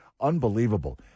unbelievable